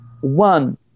One